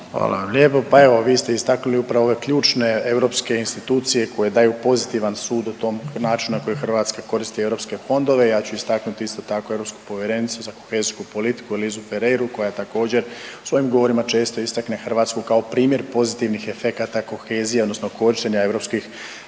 Hvala vam lijepo. Pa evo vi ste istaknuli upravo ove ključne europske institucije koje daju pozitivan sud o tom načinu na koji Hrvatska koristi europske fondove. Ja ću istaknuti isto tako europsku povjerenicu za kohezijsku politiku Eliz Ferreiru koja također u svojim govorima često istakne Hrvatsku kao primjer pozitivnih efekata kohezije odnosno korištenja europskih